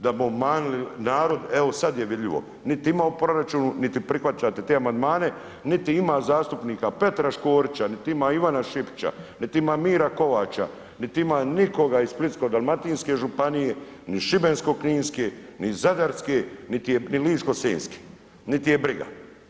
Da bi obmanuli narod, evo sad je vidljivo, niti ima u proračunu niti prihvaćate te amandmane, niti ima zastupnika Petra Škorića, niti ima Ivana Šipića, niti ima Mire Kovača, niti ima nikoga iz Splitsko-dalmatinske županije, ni Šibensko-kninske, ni Zadarske, ni Ličko senjske, niti ih je briga.